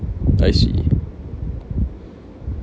I see